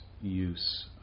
use